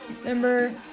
remember